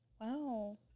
Wow